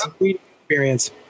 experience